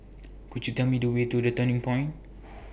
Could YOU Tell Me The Way to The Turning Point